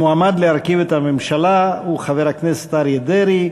המועמד להרכיב את הממשלה הוא חבר הכנסת אריה דרעי.